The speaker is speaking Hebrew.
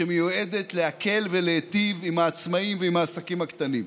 שמיועדת להקל ולהיטיב עם העצמאים ועם העסקים הקטנים.